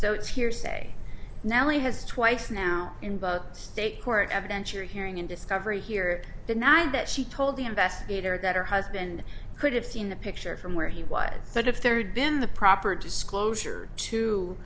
so it's hearsay now lee has twice now in both state court evidentiary hearing and discovery here deny that she told the investigator that her husband could have seen the picture from where he was but if there had been the proper disclosure to